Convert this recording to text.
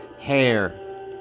hair